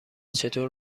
چطور